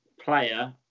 player